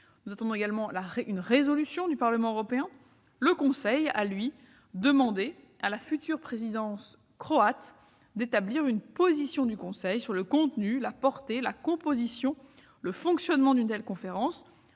2020, ainsi qu'une résolution du Parlement européen -, le Conseil européen a demandé à la future présidence croate d'établir une position du Conseil sur le contenu, la portée, la composition et le fonctionnement d'une telle conférence.